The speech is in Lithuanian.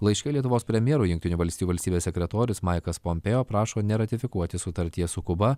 laiške lietuvos premjero jungtinių valstijų valstybės sekretorius maiklas pompėjo prašo neratifikuoti sutarties su kuba